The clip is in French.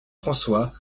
françois